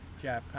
Japan